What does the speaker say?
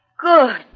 Good